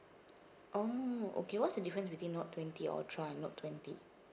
oh okay what's the difference between note twenty ultra and note twenty